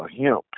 hemp